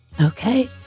Okay